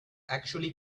actually